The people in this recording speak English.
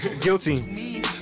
Guilty